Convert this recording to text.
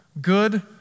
Good